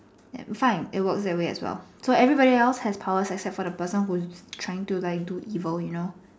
fine it works that way as well so everyone else has powers except for the person who is trying to like do evil you know